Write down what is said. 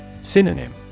Synonym